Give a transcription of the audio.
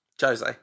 Jose